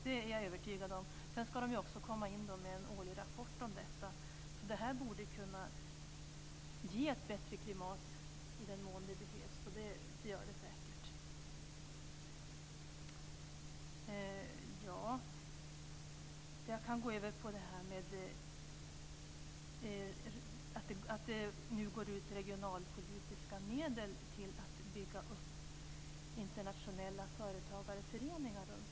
Det är jag övertygad om. Sedan ska de ju också komma in med en årlig rapport om detta. Det borde kunna ge ett bättre klimat i den mån det behövs - och det gör det säkert. Jag kan gå över till detta att det nu går ut regionalpolitiska medel till att bygga upp internationella företagarföreningar runtom i landet.